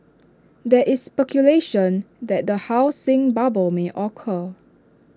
there is speculation that A housing bubble may occur